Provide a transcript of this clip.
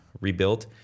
rebuilt